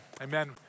amen